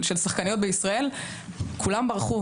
אני מאוד אשמח לדעת מה קרה לו ואיך הוא נותב לקידום כדורגל הנשים.